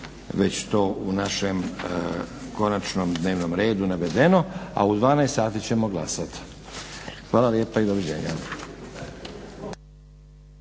već to u našem konačnom dnevnom redu navedeno, a u 12 sati ćemo glasat. Hvala lijepa i doviđenja.